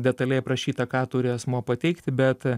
detaliai aprašyta ką turi asmuo pateikti bet